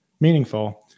meaningful